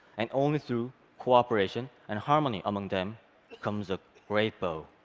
and only through cooperation and harmony among them comes a great bow.